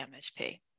MSP